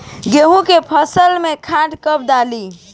गेहूं के फसल में खाद कब डाली?